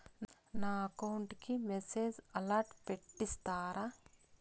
నా అకౌంట్ కి message alert పెట్టిస్తారా